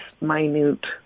minute